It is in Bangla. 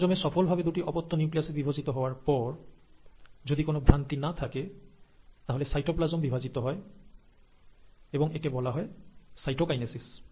ক্রোমোজোমের সফলভাবে দুটি অপত্য নিউক্লিয়াসে বিভাজিত হওয়ার পর যদি কোনো ভ্রান্তি না থাকে তাহলে সাইটোপ্লাজম বিভাজিত হয় এবং একে বলা হয় সাইটোকাইনেসিস